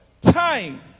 time